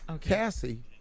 Cassie